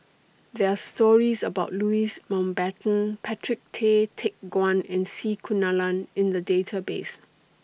There Are stories about Louis Mountbatten Patrick Tay Teck Guan and C Kunalan in The Database